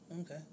Okay